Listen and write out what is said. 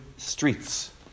Streets